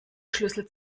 schlüssel